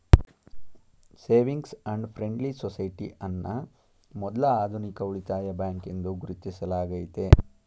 savings and friendly society ಅನ್ನ ಮೊದ್ಲ ಆಧುನಿಕ ಉಳಿತಾಯ ಬ್ಯಾಂಕ್ ಎಂದು ಗುರುತಿಸಲಾಗೈತೆ